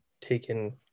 taken